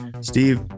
Steve